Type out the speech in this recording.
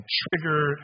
trigger